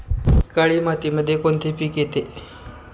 काळी मातीमध्ये कोणते पिके येते?